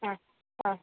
ആ ആ